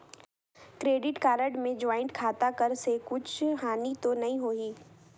Credit card मे joint खाता कर से कुछ हानि तो नइ होही?